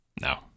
No